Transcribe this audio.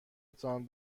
تان